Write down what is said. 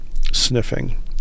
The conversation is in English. sniffing